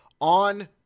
on